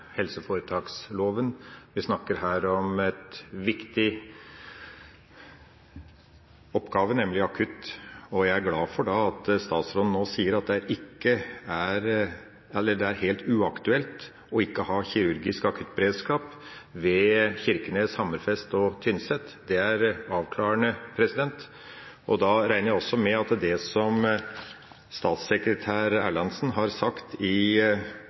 helseforetaksloven. Vi snakker her om en viktig oppgave, nemlig akuttberedskap, og jeg er glad for at statsråden nå sier at det er helt uaktuelt ikke å ha kirurgisk akuttberedskap i Kirkenes, Hammerfest og på Tynset. Det er avklarende. Da regner jeg også med at det som statssekretær Erlandsen sa i